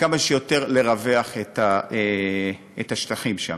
וכמה שיותר לרווח את השטחים שם.